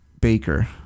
baker